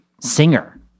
singer